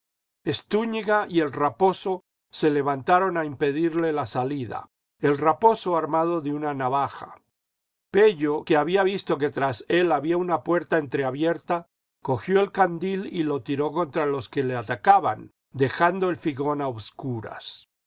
estúñiga y el raposo se levantaron a impedirle la salida el raposo armado de una navaja pello que había visto que tras él había una puerta entreabierta cogió el candil y lo tiró contra los que le atacaban dejando el figón a obscuras